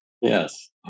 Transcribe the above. Yes